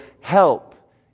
help